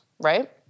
right